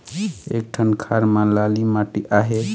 एक ठन खार म लाली माटी आहे?